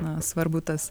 na svarbu tas